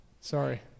sorry